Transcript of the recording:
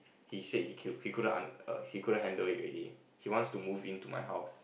he said he killed he couldn't under~ he couldn't handle it already he wants to move into my house